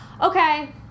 okay